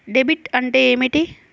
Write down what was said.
Debit అంటే ఏమిటి?